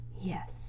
Yes